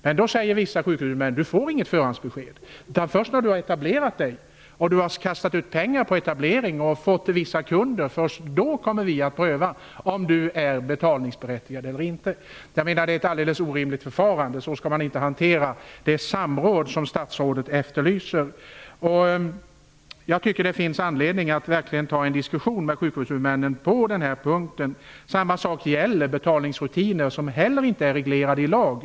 Men vissa sjukvårdshuvudmän säger då: Du får inget förhandsbesked. Först när du har kastat ut pengar på etablering och fått vissa kunder kommer vi att pröva om du är betalningsberättigad eller inte. Jag menar att detta är ett alldeles orimligt förfarande. Så skall man inte hantera det samråd som statsrådet efterlyser. Jag tycker att det finns anledning att verkligen ta upp en diskussion med sjukvårdshuvudmännen på denna punkt. Detsamma gäller betalningsrutinerna, som inte heller de är reglerade i lag.